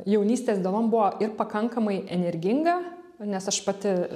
jaunystės dienom buvo ir pakankamai energinga nes aš pati